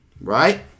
right